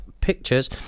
pictures